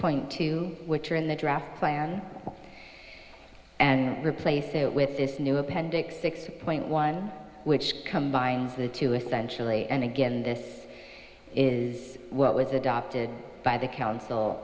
point two which are in the draft plan and replace it with this new appendix six point one which combines the two essentially and again this is what was adopted by the council